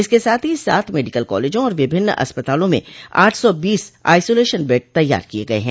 इसके साथ ही सात मेडिकल कॉलेजों और विभिन्न अस्पतालों में आठ सौ बीस आइसोलेसन बेड तैयार किये गये हैं